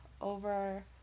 over